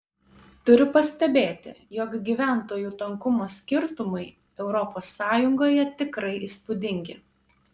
turiu pastebėti jog gyventojų tankumo skirtumai europos sąjungoje tikrai įspūdingi